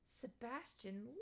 Sebastian